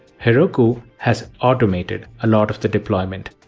heroku has automated a lot of the deployment,